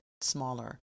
smaller